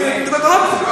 אני מדבר ברמקול,